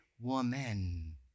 woman